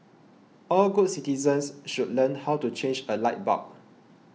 all good citizens should learn how to change a light bulb